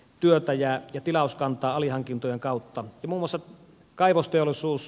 löytäjää ja tilauskantaa alihankintojen kautta timosen kaivosteollisuus